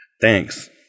Thanks